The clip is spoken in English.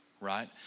right